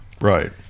Right